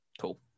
Cool